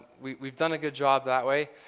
we've we've done a good job that way.